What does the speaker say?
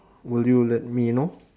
will you let me know